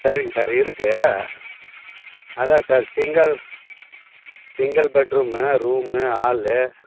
சரிங்க சார் இருக்கு அதான் sir single single bedroom room hall